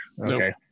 Okay